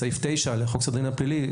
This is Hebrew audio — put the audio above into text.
סעיף 9 לחוק סדר הדין הפלילי,